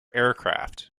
aircraft